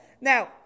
Now